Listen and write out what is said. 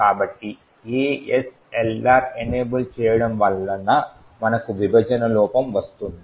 కాబట్టి ASLR enable చేయడం వలన మనకు విభజన లోపం వస్తుంది